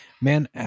man